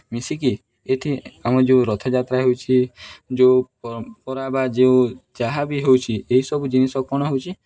ମିଶିକି ଏଇଠି ଆମର ଯେଉଁ ରଥଯାତ୍ରା ହେଉଛି ଯେଉଁ ପରମ୍ପରା ବା ଯେଉଁ ଯାହା ବି ହେଉଛିି ଏହିସବୁ ଜିନିଷ କ'ଣ ହେଉଛି